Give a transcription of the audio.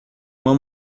uma